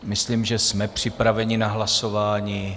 Myslím, že jsme připraveni na hlasování.